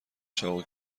چاقو